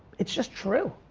it's just true.